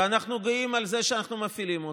ואנחנו גאים בזה שאנחנו מפעילים אותה.